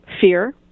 Fear